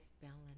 balance